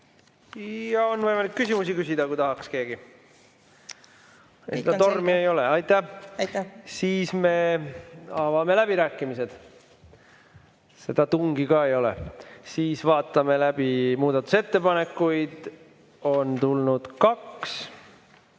On võimalik küsimusi küsida, kui tahaks keegi. Tormi ei ole. Aitäh! Siis me avame läbirääkimised. Seda tungi ka ei ole. Siis vaatame läbi muudatusettepanekud. Neid on tulnud kaks.